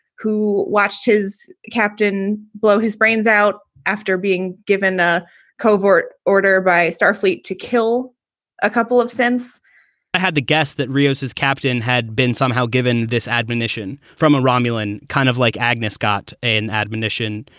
who watched his captain blow his brains out after being given a covert order by starfleet to kill a couple of sense i had to guess that reos, his captain, had been somehow given this admonition from a romulan. kind of like agnes got an admonition.